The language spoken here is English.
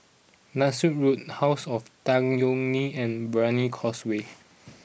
Nassim Road House of Tan Yeok Nee and Brani Causeway